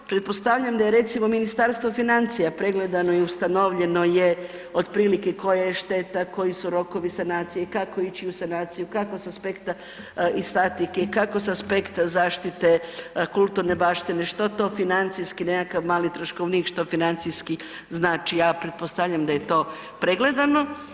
Pretpostavljam da je recimo, Ministarstvo financija pregledano i ustanovljeno je otprilike koja je šteta, koji su rokovi sanacije, kako ići u sanaciju, kako s aspekta i statike, kako s aspekta zaštite kulturne baštine, što to financijski nekakav mali troškovnik, što financijski znači, ja pretpostavljam da je to pregledano.